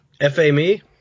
F-A-Me